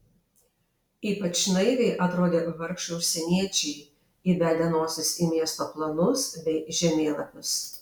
ypač naiviai atrodė vargšai užsieniečiai įbedę nosis į miesto planus bei žemėlapius